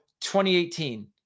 2018